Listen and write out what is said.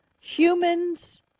humans